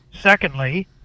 Secondly